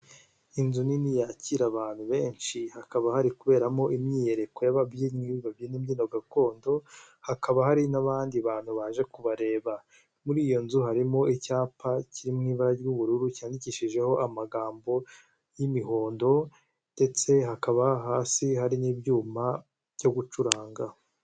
Inzu nini yakira abantu benshi hakaba hari kuberamo imyiyereko y'ababyinnyi babyina imbyino gakondo, hakaba hari n'abandi bantu baje kubareba. Muri iyo nzu harimo icyapa kiri mu ibara ry'ubururu cyandikishijeho amagambo y'imihondo ndetse hakaba hasi hari n'ibyuma byo gucuranga.